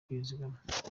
kwizigama